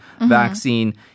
vaccine